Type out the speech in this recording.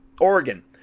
Oregon